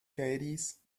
caddies